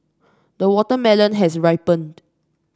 the watermelon has ripened